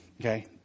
okay